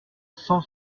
cent